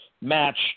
match